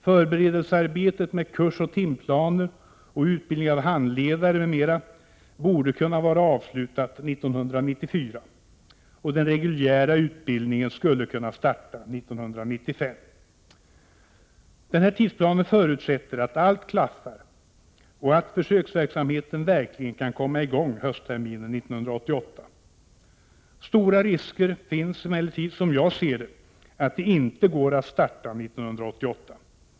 Förberedelsearbetet med kursoch timplaner, utbildning av handledare m.m. borde kunna vara avslutat 1994, och den reguljära utbildningen skulle kunna starta 1995. Denna tidsplan förutsätter att allt klaffar och att försöksverksamheten verkligen kan komma i gång höstterminen 1988. Stora risker finns emellertid som jag ser det att det inte går att starta 1988.